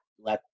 let